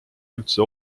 üldse